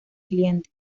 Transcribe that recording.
cliente